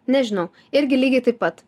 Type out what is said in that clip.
nežinau irgi lygiai taip pat